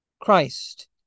Christ